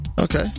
Okay